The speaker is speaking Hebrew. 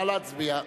נא להצביע.